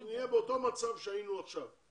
ונהיה באותו מצב בו אנחנו נמצאים עכשיו.